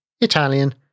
Italian